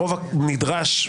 ברוב הנדרש,